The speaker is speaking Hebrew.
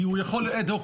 כי הוא יכול אד-הוק,